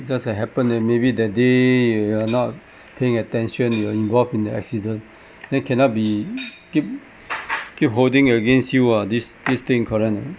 just that happen that maybe that day you're not paying attention you are involved in the accident then cannot be keep keep holding against you ah this this thing correct or not